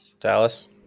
Dallas